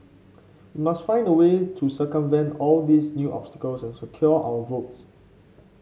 we must find a way to circumvent all these new obstacles and secure our votes